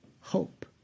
hope